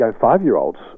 five-year-olds